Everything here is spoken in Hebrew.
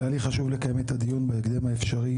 היה לי חשוב לקיים את הדיון בהקדם האפשרי.